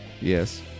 yes